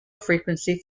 frequency